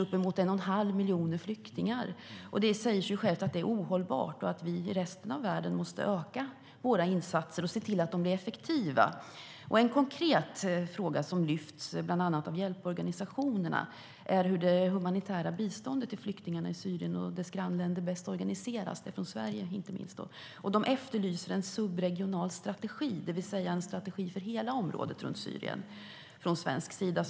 Det säger sig självt att det är ohållbart och att vi i resten av världen måste öka våra insatser och se till att de blir effektiva. En konkret fråga som lyfts fram bland annat av hjälporganisationerna är hur det humanitära biståndet till flyktingarna i Syrien och dess grannländer bäst organiseras, inte minst från Sverige. De efterlyser en subregional strategi från svensk sida, det vill säga en strategi för hela området runt Syrien.